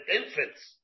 infants